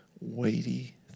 weighty